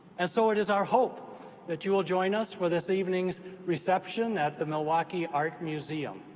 and so it is our hope that you will join us for this evening's reception at the milwaukee art museum.